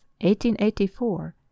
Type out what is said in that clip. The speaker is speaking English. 1884